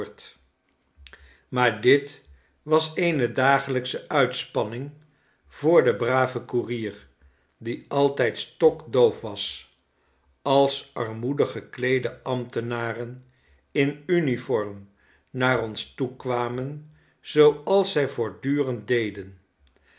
maar dit was eene dagelyksche uitspanning voor den braven koerier die altijd stokdoof was als armoedig gekleede ambtenaren in uniform naar ons toekwamen zooals zij voortdurend deden